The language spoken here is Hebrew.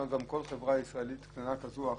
שגם כל חברה ישראלית קטנה כזו או אחרת.